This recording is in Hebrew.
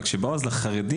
אבל כשבאו אז לחרדים,